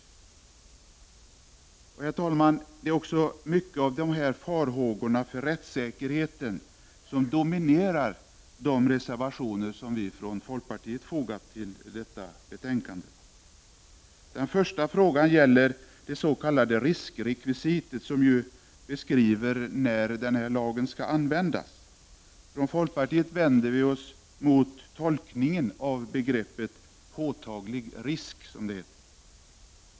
Det är också många sådana här farhågor för rättssäkerheten som dominerar de reservationer från oss i folkpartiet som har fogats till detta betänkande. Den första frågan gäller det s.k. riskrekvisitet som ju beskriver när denna lag skall användas. Vi i folkpartiet vänder oss mot tolkningen av begreppet ”påtaglig risk”.